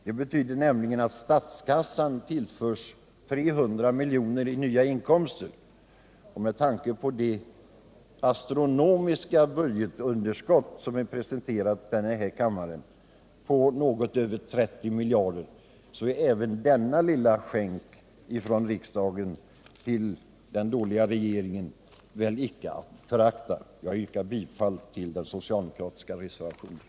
Det betyder nämligen att statskassan tillförs 300 milj.kr. i nya inkomster, och med tanke på det astronomiska budgetunderskott som är presenterat i denna kammare på något över 30 miljarder är även denna lilla skänk från riksdagen till den dåliga regeringen väl icke att förakta. Jag yrkar bifall till den socialdemokratiska reservationen.